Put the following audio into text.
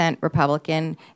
Republican